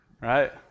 right